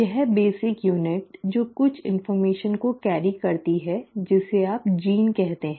यह मूल यूनिट जो कुछ इन्फ़र्मेशन को वहन करती है जिसे आप जीन कहते हैं